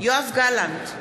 יואב גלנט,